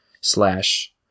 slash